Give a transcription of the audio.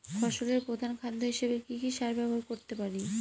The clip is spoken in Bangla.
ফসলের প্রধান খাদ্য হিসেবে কি কি সার ব্যবহার করতে পারি?